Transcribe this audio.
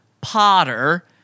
Potter